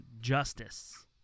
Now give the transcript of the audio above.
justice